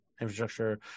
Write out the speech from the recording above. infrastructure